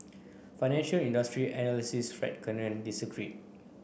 financial industry analyst Fred Cannon disagreed